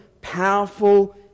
powerful